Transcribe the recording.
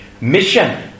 mission